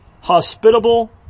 hospitable